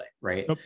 right